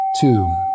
Two